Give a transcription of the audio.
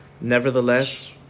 Nevertheless